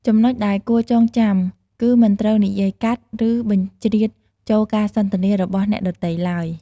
ចំណុចដែលគួរចងចាំ គឺមិនត្រូវនិយាយកាត់ ឬបជ្រៀតចូលការសន្ទនារបស់អ្នកដទៃឡើយ។